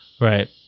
Right